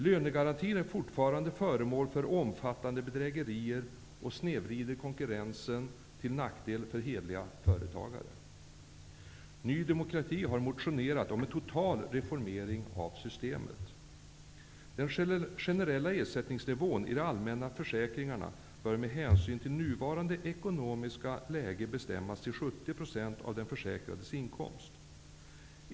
Lönegarantin är fortfarande föremål för omfattande bedrägerier och snedvrider konkurrensen till nackdel för hederliga företagare. Ny demokrati har motionerat om en total reformering av systemet. Den generella ersättningsnivån i de allmänna försäkringarna bör med hänsyn till nuvarande ekonomiska läge bestämmas till 70 % av den försäkrades inkomst.